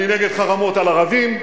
אני נגד חרמות על ערבים,